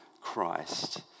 Christ